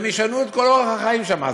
והם ישנו את כל אורח החיים שם,